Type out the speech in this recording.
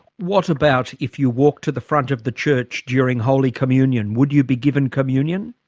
what about if you walk to the front of the church during holy communion? would you be given communion?